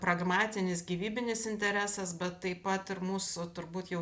pragmatinis gyvybinis interesas bet taip pat ir mūsų turbūt jau